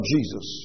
Jesus